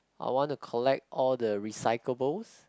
I want to collect all the recyclables